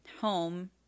home